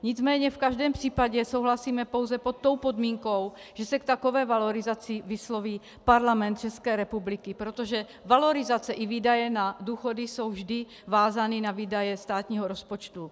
Nicméně v každém případě souhlasíme pouze pod tou podmínkou, že se k takové valorizaci vysloví Parlament České republiky, protože valorizace i výdaje na důchody jsou vždy vázány na výdaje státního rozpočtu.